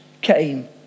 came